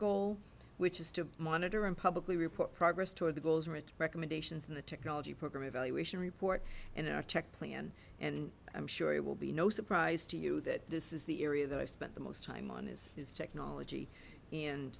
goal which is to monitor and publicly report progress toward the goals or at the recommendations in the technology program evaluation report in our tech plan and i'm sure it will be no surprise to you that this is the area that i spent the most time on is his technology and